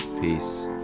Peace